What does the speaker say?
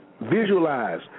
Visualize